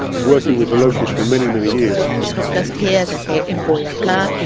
working with the locals for many, many years. it's not just here as i say in boyaca,